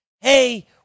hey